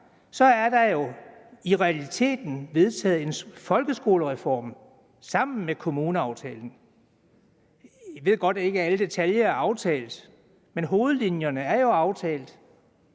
se, at der i realiteten er blevet vedtaget en folkeskolereform sammen med kommuneaftalen. Jeg ved godt, at ikke alle detaljer er aftalt, men hovedlinjerne er jo aftalt.